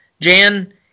Jan